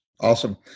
Awesome